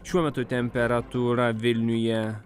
šiuo metu temperatūra vilniuje